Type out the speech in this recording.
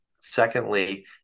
Secondly